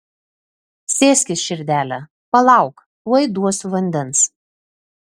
sėskis širdele palauk tuoj duosiu vandens